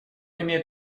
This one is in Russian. имеет